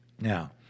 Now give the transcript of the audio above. Now